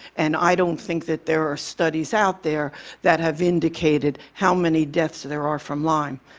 and i don't think that there are studies out there that have indicated how many deaths there are from lyme.